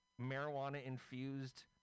marijuana-infused